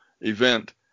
event